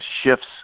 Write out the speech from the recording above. shifts